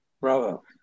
bravo